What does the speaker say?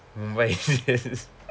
mumbai indians